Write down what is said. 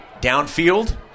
downfield